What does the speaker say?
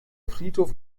friedhof